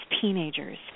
teenagers